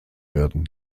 werden